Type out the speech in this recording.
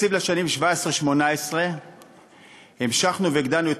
בתקציב לשנים 2017 2018 המשכנו והגדלנו את